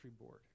board